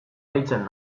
deitzen